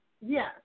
Yes